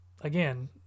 again